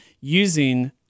using